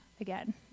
again